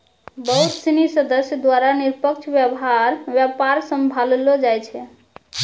बहुत सिनी सदस्य द्वारा निष्पक्ष व्यापार सम्भाललो जाय छै